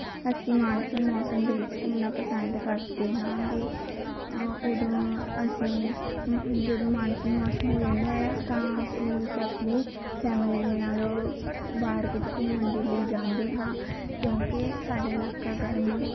ਅਸੀਂ ਮਾਨਸੂਨ ਮੌਸਮ ਦੇ ਵਿੱਚ ਘੁੰਮਣਾ ਪਸੰਦ ਕਰਦੇ ਹੈਗੇ ਉਦੋਂ ਅਸੀਂ ਜਦੋਂ ਮਾਨਸੂਨ ਮੌਸਮ ਹੋ ਜਾਂਦਾ ਹੈ ਤਾਂ ਉਦੋਂ ਅਸੀਂ ਆਪਣੀ ਫੈਮਲੀ ਦੇ ਨਾਲ ਉਹ ਬਾਹਰ ਕਿਤੇ ਘੁੰਮਣ ਦੇ ਲਈ ਜਾਂਦੇ ਹਾਂ ਕਿਉਂਕਿ ਸਾਡਾ ਇਲਾਕਾ ਗਰਮ ਹੋ